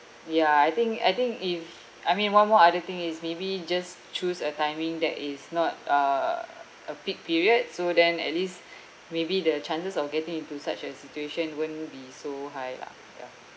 ya I think I think if I mean one more other thing is maybe just choose a timing that is not uh a peak period so then at least maybe the chances of getting into such a situation won't be so high lah ya